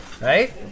right